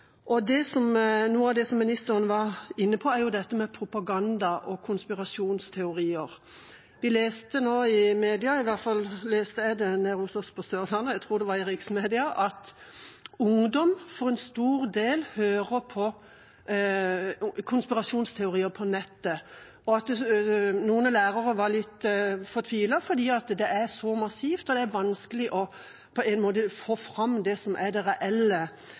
et aktivt arbeid. Noe av det som ministeren var inne på, var dette med propaganda og konspirasjonsteorier. Vi leste i media – i hvert fall leste jeg det nede hos oss på Sørlandet, jeg tror det var i riksmedia – at ungdom for en stor del hører på konspirasjonsteorier på nettet, og at noen av lærerne var litt fortvilet fordi det er så massivt, og det er på en måte vanskelig å få fram det reelle